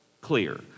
clear